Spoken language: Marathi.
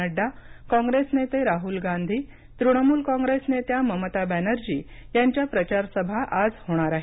नड्डा काँग्रेस नेते राहुल गांधी तृणमूल काँग्रेस नेत्या ममता बॅनर्जी यांच्या प्रचारसभा आज होणार आहेत